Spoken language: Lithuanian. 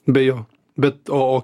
be jo bet o o